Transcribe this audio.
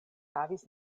havis